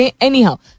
Anyhow